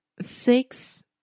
six